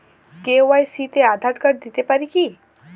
KYC তে Aadhaar card দিতে পারি কি?